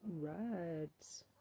Right